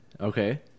Okay